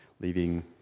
leaving